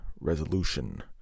resolution